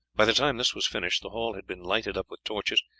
by the time this was finished the hall had been lighted up with torches,